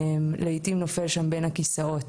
לעיתים נופל שם בין הכיסאות.